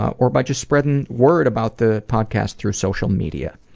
or by just spreading word about the podcast through social media.